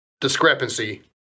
discrepancy